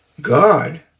God